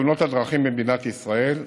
בתאונות הדרכים במדינת ישראל.